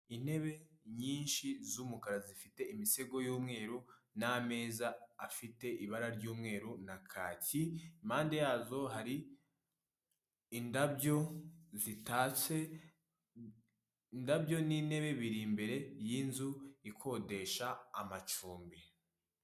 Intebe nyinshi z'umukara zifite imisego y'umweru n'ameza afite ibara ry'umweru na kaki, impande yazo hari indabyo zitatse, indabyo n'intebe biri imbere y'inzu ikodesha amacumbi.